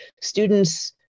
Students